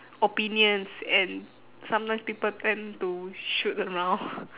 opinions and sometimes people tend to shoot around